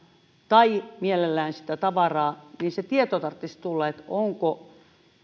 tai mielellään sitä tavaraa niin se tieto tarvitsisi tulla että onko